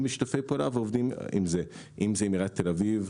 בשיתופי פעולה ועובדים עם עיריית תל אביב,